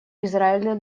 израиля